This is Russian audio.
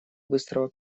быстрого